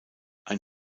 ein